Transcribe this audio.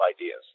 ideas